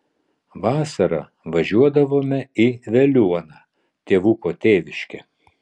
vasarą važiuodavome į veliuoną tėvuko tėviškę